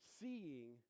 seeing